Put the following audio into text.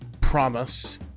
promise